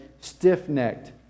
stiff-necked